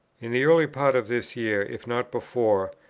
in the early part of this year, if not before,